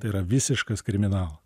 tai yra visiškas kriminal